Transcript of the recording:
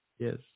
Yes